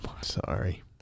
Sorry